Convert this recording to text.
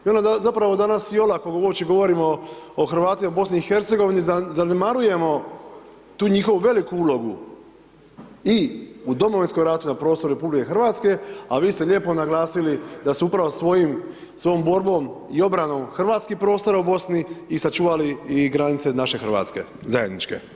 I ono zapravo danas i olako uopće govorimo o Hrvatima u BiH zanemarujemo tu njihovu veliku ulogu i u Domovinskom ratu na prostoru RH, a vi ste lijepo naglasili da su upravo svojim, svojom borbom i obranom hrvatskih prostora u Bosni i sačuvali i granice naše Hrvatske, zajedničke.